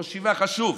ראש ישיבה חשוב: